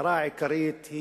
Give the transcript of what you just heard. המטרה העיקרית,